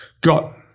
got